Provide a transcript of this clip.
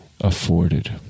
afforded